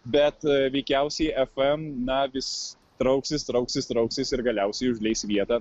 bet veikiausiai fm na vis trauksis trauksis trauksis ir galiausiai užleis vietą